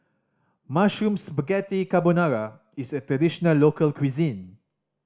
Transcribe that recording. Mushroom Spaghetti Carbonara is a traditional local cuisine